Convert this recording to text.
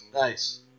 Nice